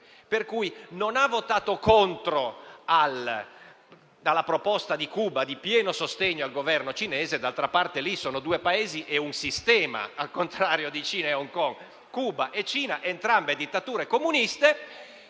astenuta. Non ha votato contro la proposta di Cuba di pieno sostegno al Governo cinese. D'altra parte, sono due Paesi con lo stesso sistema, al contrario di Cina e Hong Kong. Cuba e Cina sono entrambe dittature comuniste,